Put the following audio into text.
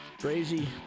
crazy